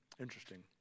interesting